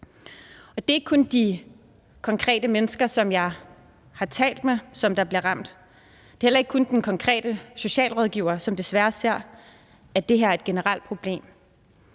Det er ikke kun de konkrete mennesker, som jeg har talt med, som bliver ramt. Det er heller ikke kun den konkrete socialrådgiver, som desværre ser, at det her er et generelt problem.